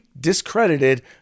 discredited